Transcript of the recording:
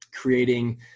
creating